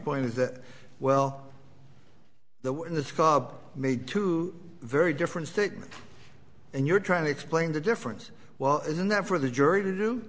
point is that well the way the made two very different statements and you're trying to explain the difference well isn't that for the jury to do